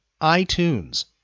iTunes